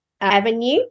avenue